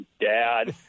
dad